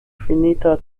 finita